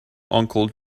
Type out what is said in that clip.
uncle